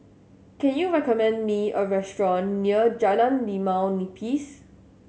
can you recommend me a restaurant near Jalan Limau Nipis